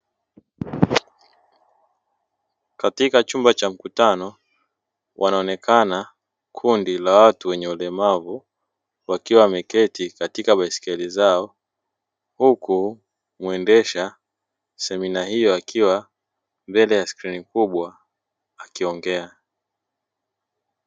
Katika chumba cha mkutano, wanaonekana kundi la watu wenye walemavu wakiwa wameketi katika baiskeli zao huku muenda semina hiyo akiwa mbele ya skrini kubwa akiongea.